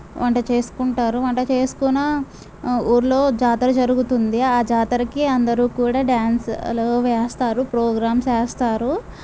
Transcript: వంట చేసుకుంటారు వంట చేసుకున్నా ఊర్లో జాతర జరుగుతుంది ఆ జాతరకి అందరూ కూడా డాన్సులు వేస్తారు ప్రోగ్రామ్స్ వేస్తారు